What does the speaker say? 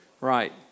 Right